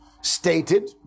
stated